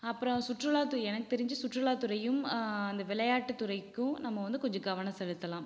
அப்புறம் சுற்றுலாத்து எனக்கு தெரிஞ்சு சுற்றுலாத்துறையும் அந்த விளையாட்டுத்துறைக்கும் நம்ம வந்து கொஞ்சம் கவனம் செலுத்தலாம்